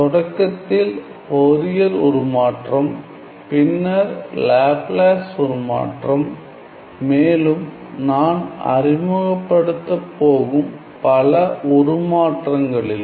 தொடக்கத்தில் ஃபோரியர் உருமாற்றம் பின்னர் லேப்லாஸ் உருமாற்றம் மேலும் நான் அறிமுகப்படுத்தப் போகும் பல உருமாற்றங்களிலும்